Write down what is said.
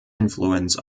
influence